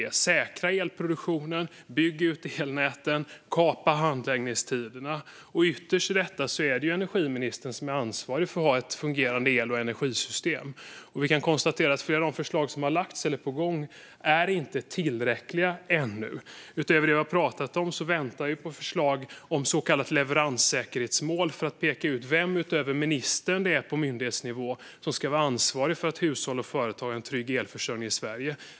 Det handlar om att säkra elproduktionen, bygga ut elnäten och kapa handläggningstiderna. Ytterst är det energiministern som är ansvarig för att vi har ett fungerande el och energisystem. Vi kan konstatera att flera av de förslag som har lagts fram eller är på gång inte är tillräckliga ännu. Utöver det vi har talat om väntar vi på förslag om ett så kallat leveranssäkerhetsmål för att peka ut vem det är utöver ministern som på myndighetsnivå ska vara ansvarig för att hushåll och företag har en trygg elförsörjning i Sverige.